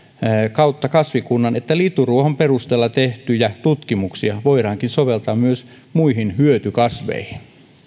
kasvikunnan kanssa että lituruohon perusteella tehtyjä tutkimuksia voidaan soveltaa myös muihin hyötykasveihin